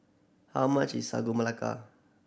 how much is Sagu Melaka